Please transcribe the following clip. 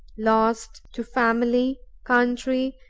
lost to family, country,